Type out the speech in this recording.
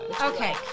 Okay